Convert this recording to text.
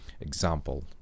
example